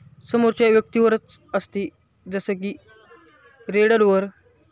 समोरच्या व्यक्तीवरच असते जसं की रेडरवर